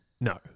No